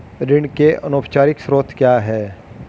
ऋण के अनौपचारिक स्रोत क्या हैं?